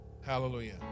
hallelujah